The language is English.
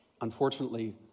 unfortunately